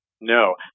no